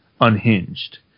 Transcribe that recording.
unhinged